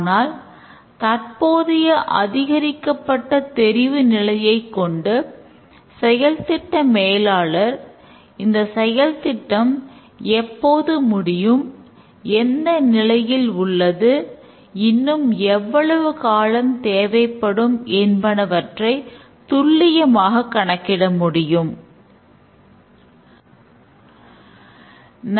ஆனால் தற்போதைய அதிகரிக்கப்பட்ட தெரிவுநிலையைக் கொண்டு செயல்திட்ட மேலாளர் இந்த செயல் திட்டம் எப்போது முடியும் எந்த நிலையில் உள்ளது இன்னும் எவ்வளவு காலம் தேவைப்படும் என்பனவற்றை துள்ளியமாகக் கணக்கிட முடியும்